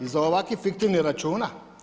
Iza ovakvih fiktivnih računa?